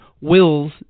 WILLS